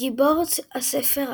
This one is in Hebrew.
גיבור הספר,